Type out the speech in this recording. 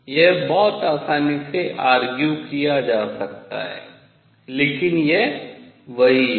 यह बहुत आसानी से argue किया जा सकता है लेकिन यह वही है